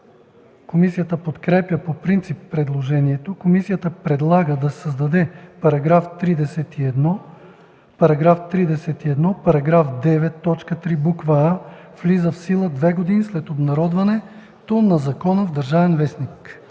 Комисията подкрепя по принцип предложението. Комисията предлага да се създаде § 31: „§ 31. Параграф 9, т. 3, буква „а” влиза в сила две години след обнародването на закона в „Държавен вестник”.”